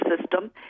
system